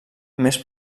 més